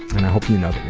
and i hope you know that